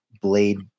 Blade